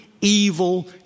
evil